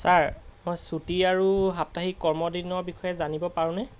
sir মই ছুটী আৰু সাপ্তাহিক কৰ্মদিনৰ বিষয়ে জানিব পাৰোঁনে